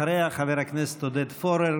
אחריה, חבר הכנסת עודד פורר.